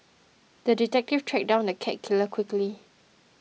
the detective tracked down the cat killer quickly